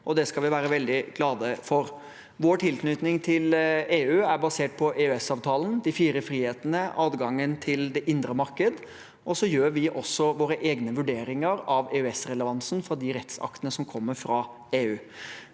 det skal vi være veldig glade for. Vår tilknytning til EU er basert på EØSavtalen, de fire frihetene og adgangen til det indre marked, og så gjør vi våre egne vurderinger av EØS-relevansen for de rettsaktene som kommer fra EU.